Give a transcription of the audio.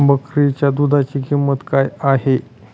बकरीच्या दूधाची किंमत काय आहे?